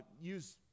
use